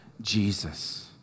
Jesus